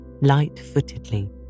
light-footedly